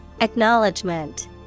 Acknowledgement